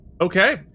Okay